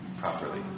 properly